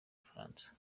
bufaransa